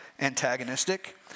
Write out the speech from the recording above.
antagonistic